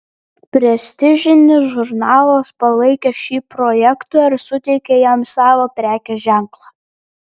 prestižinis žurnalas palaikė šį projektą ir suteikė jam savo prekės ženklą